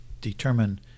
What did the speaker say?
determine